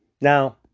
Now